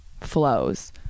flows